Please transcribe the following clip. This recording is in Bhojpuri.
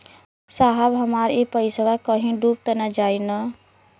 साहब हमार इ पइसवा कहि डूब त ना जाई न?